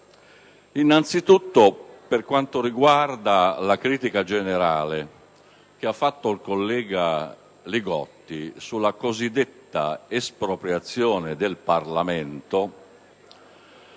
Innanzitutto, per quanto riguarda la critica generale del collega Li Gotti circa la cosiddetta espropriazione del Parlamento,